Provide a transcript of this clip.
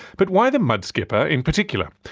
but why the mudskipper in particular?